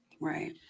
Right